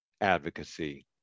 advocacy